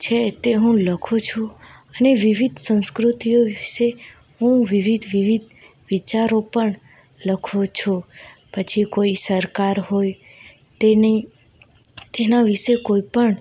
છે તે હું લખું છું અને વિવિધ સંસ્કૃતિઓ વિશે હું વિવિધ વિવિધ વિચારો પણ લખું છું પછી કોઈ સરકાર હોય તેની તેના વિશે કોઈપણ